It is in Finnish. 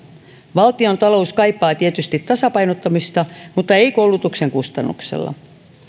valtiontalous kaipaa tietysti tasapainottamista mutta ei koulutuksen kustannuksella